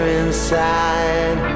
inside